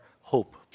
hope